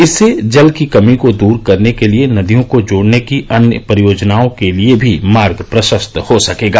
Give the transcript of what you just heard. इससे जल की कमी को दूर करने के लिए नदियों को जोडने की अन्य परियोजनाओं के लिए भी मार्ग प्रशस्त हो सकेगा